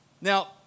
Now